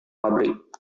pabrik